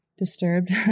disturbed